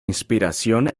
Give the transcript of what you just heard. inspiración